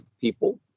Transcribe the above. people